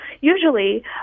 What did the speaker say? usually